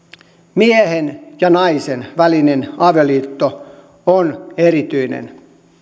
miehen ja naisen välinen avioliitto on erityinen